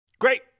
great